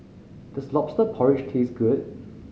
does Lobster Porridge taste good